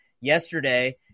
yesterday